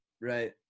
right